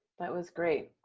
but was great.